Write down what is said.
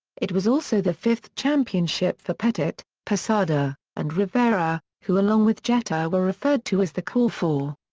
it was also the fifth championship for pettitte, posada, and rivera, who along with jeter were referred to as the core four.